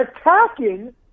attacking